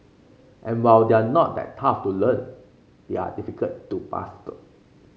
and while they are not that tough to learn they are difficult to master